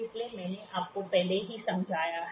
इसलिए मैंने आपको पहले ही समझाया है